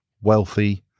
wealthy